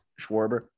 Schwarber